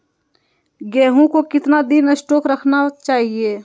गेंहू को कितना दिन स्टोक रखना चाइए?